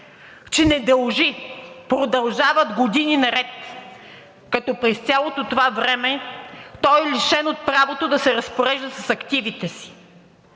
че не дължи, продължават години наред, като през цялото това време той е лишен от правото да се разпорежда с активите си.